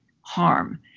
harm